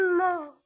more